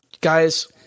guys